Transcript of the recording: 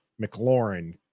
McLaurin